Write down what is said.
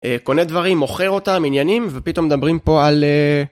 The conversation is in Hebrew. קונה דברים מוכר אותם עניינים ופתאום מדברים פה על...